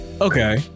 okay